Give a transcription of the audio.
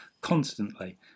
constantly